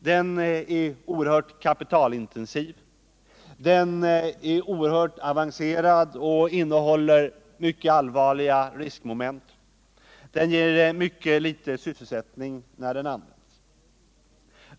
Den är oerhört kapitalintensiv, den är mycket avancerad och innehåller allvarliga riskmoment. Den ger ringa sysselsättning när den används.